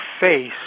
face